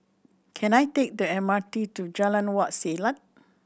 can I take the M R T to Jalan Wak Selat